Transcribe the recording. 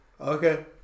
Okay